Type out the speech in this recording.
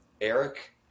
Eric